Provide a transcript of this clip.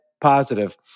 positive